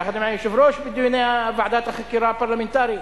יחד עם היושב-ראש, בדיוני ועדת החקירה הפרלמנטרית.